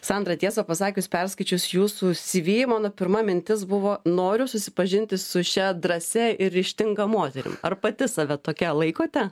sandra tiesą pasakius perskaičius jūsų cv mano pirma mintis buvo noriu susipažinti su šia drąsia ir ryžtinga moterim ar pati save tokia laikote